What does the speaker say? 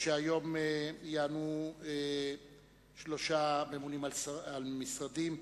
שהיום יענו עליהן שלושה ממונים על משרדים.